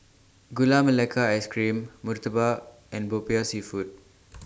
Gula Melaka Ice Cream Murtabak and Popiah Seafood